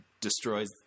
destroys